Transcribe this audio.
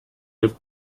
live